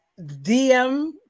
DM